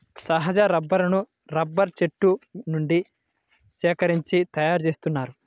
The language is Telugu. సహజ రబ్బరును రబ్బరు చెట్ల నుండి సేకరించి తయారుచేస్తారు